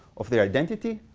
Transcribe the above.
of their identity,